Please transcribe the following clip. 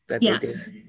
Yes